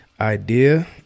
idea